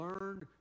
learned